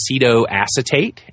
acetoacetate